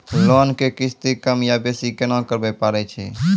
Loan के किस्ती कम या बेसी केना करबै पारे छियै?